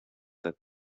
that